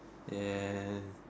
and